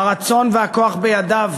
הרצון והכוח בידיו.